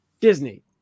Disney